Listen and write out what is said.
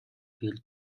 хэрэг